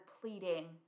pleading